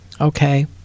Okay